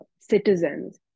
citizens